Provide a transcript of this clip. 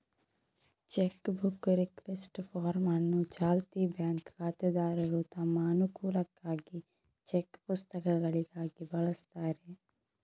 check book request form ಅನ್ನು ಚಾಲ್ತಿ bank ಖಾತೆದಾರರು ತಮ್ಮ ಅನುಕೂಲಕ್ಕಾಗಿ ಚೆಕ್ ಪುಸ್ತಕಗಳಿಗಾಗಿ ಬಳಸ್ತಾರೆ